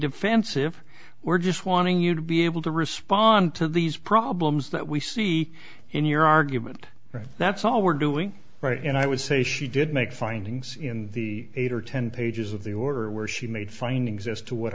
defensive we're just wanting you to be able to respond to these problems that we see in your argument that's all we're doing right and i would say she did make findings in the eight or ten pages of the order where she made fine exist to what